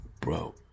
Bro